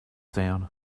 down